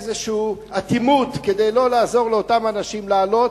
איזו אטימות כדי לא לעזור לאותם אנשים לעלות,